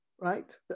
right